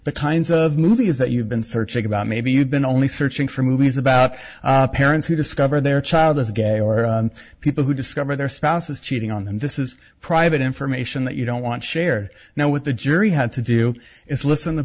the kinds of movies that you've been searching about maybe you've been only searching for movies about parents who discover their child is gay or people who discover their spouse is cheating on them this is private information that you don't want to share now with the jury had to do is listen